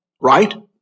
right